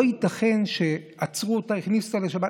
לא ייתכן שעצרו אותה והכניסו אותה בשבת.